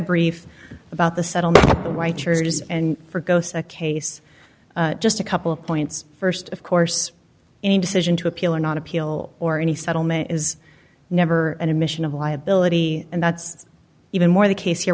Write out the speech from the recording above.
brief about the settlement the white churches and for gosa case just a couple of points st of course any decision to appeal or not appeal or any settlement is never an admission of liability and that's even more the case here